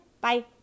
Bye